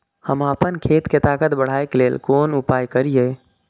हम आपन खेत के ताकत बढ़ाय के लेल कोन उपाय करिए?